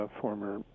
former